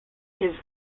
his